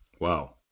Wow